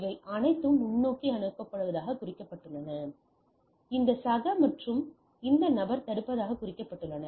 இவை அனைத்தும் முன்னோக்கி அனுப்பப்படுவதாக குறிக்கப்பட்டுள்ளன இந்த சக மற்றும் இந்த நபர் தடுப்பதாக குறிக்கப்பட்டுள்ளனர்